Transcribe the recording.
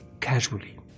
casually